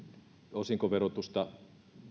osinkoverotusta